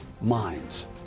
minds